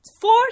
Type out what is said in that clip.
four